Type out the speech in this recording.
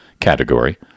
category